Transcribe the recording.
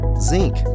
zinc